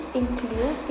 include